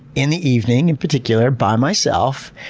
in the evening in particular, by myself,